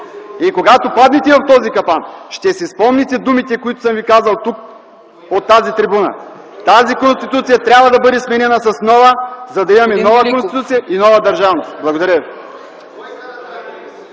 И когато паднете в този капан, ще си спомните думите, които съм ви казал от тази трибуна – тази Конституция трябва да бъде сменена с нова, за да имаме нова Конституция и нова държавност. Благодаря ви.